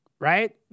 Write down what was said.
right